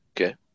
Okay